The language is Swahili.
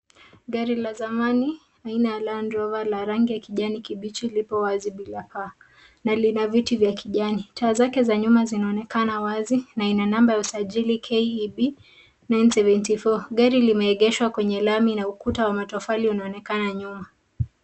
Gari la zamani aina ya Land rover la rangi ya kijani kibichi liko wazi bila paa na lina viti vya kijani. Taa zake za nyuma zinaonekana wazi na ina namba ya usajili KEB 974. Gari limeegeshwa kwenye lami na ukuta wa matofali unaonekana nyuma.